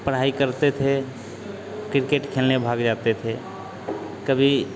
पढ़ाई करते थे क्रिकेट खेलने भाग जाते थे कभी